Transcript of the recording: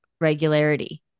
regularity